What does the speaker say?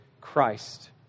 Christ